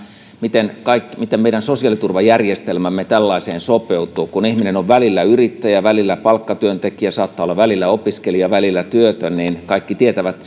miten meidän sosiaaliturvajärjestelmämme tällaiseen sopeutuu kun ihminen on välillä yrittäjä välillä palkkatyöntekijä saattaa olla välillä opiskelija välillä työtön kaikki tietävät